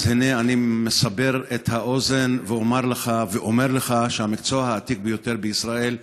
אז הינה אני מסבר את האוזן ואומר לך שהמקצוע העתיק ביותר בישראל,